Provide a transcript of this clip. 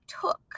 took